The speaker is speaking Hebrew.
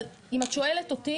אבל אם את שואלת אותי,